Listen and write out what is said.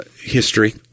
History